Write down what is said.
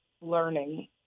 learning